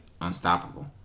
unstoppable